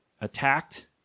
attacked